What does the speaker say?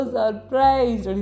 surprised